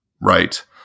right